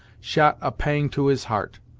shot a pang to his heart.